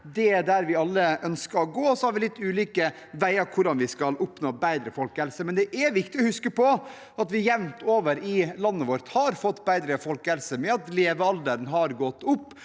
av en god folkehelse. Så har vi litt ulike veier til hvordan vi skal oppnå bedre folkehelse, men det er viktig å huske på at vi jevnt over i landet vårt har fått bedre folkehelse ved at levealderen har gått opp,